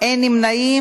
אין נמנעים.